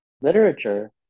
literature